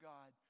God